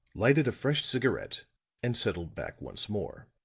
lighted a fresh cigarette and settled back once more.